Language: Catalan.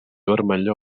vermellor